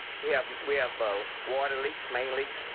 we have we have water leak, main leak,